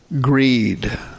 greed